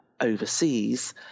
overseas